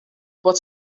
but